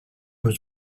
was